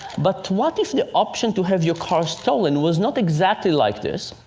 but what if the option to have your car stolen was not exactly like this?